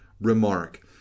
remark